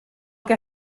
que